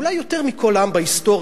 אולי יותר מכל עם בהיסטוריה,